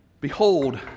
Behold